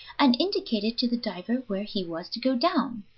and indicated to the diver where he was to go down.